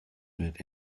wurde